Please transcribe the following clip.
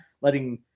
letting